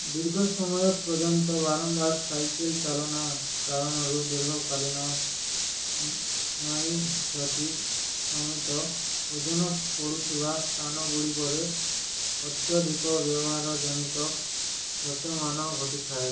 ଦୀର୍ଘ ସମୟ ପର୍ଯ୍ୟନ୍ତ ବାରମ୍ବାର ସାଇକେଲ୍ ଚାଲନା କାରଣରୁ ଦୀର୍ଘକାଳୀନ ସ୍ନାୟୁ କ୍ଷତି ସମେତ ଓଜନ ପଡ଼ୁଥିବା ସ୍ଥାନଗୁଡ଼ିକରେ ଅତ୍ୟଧିକ ବ୍ୟବହାର ଜନିତ କ୍ଷତମାନ ଘଟିଥାଏ